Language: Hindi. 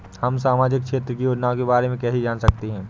हम सामाजिक क्षेत्र की योजनाओं के बारे में कैसे जान सकते हैं?